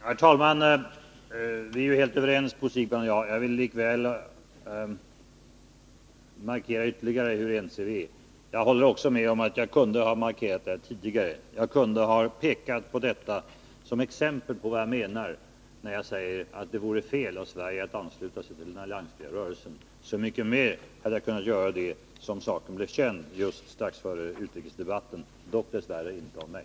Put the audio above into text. Herr talman! Vi är helt överens, Bo Siegbahn och jag. Jag vill likväl ytterligare markera hur ense vi är. Jag håller också med om att jag kunde ha markerat detta tidigare. Jag kunde ha pekat på detta som exempel på varför jag hävdar att det vore fel av Sverige att ansluta sig till den alliansfria rörelsen. Så mycket mer hade jag kunnat göra det som saken blev känd just strax före utrikesdebatten, dock dess värre inte av mig.